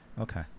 Okay